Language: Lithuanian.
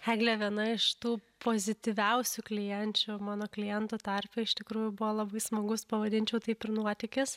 eglė viena iš tų pozityviausių klienčių mano klientų tarpe iš tikrųjų buvo labai smagus pavadinčiau taip ir nuotykis